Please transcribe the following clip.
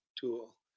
tool